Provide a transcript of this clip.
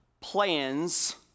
plans